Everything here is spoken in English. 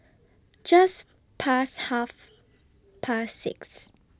Just Past Half Past six